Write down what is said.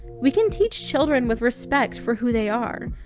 we can teach children with respect for who they are.